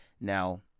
Now